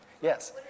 Yes